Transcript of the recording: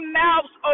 mouths